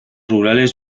rurales